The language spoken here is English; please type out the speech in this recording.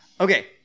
Okay